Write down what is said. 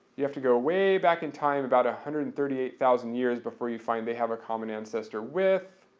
you have to go way back in time about one hundred and thirty eight thousand years before you find they have a common ancestor with